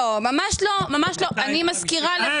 אני מזכירה לך